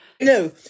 No